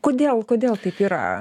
kodėl kodėl taip yra